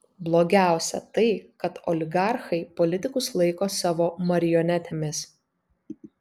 blogiausia tai kad oligarchai politikus laiko savo marionetėmis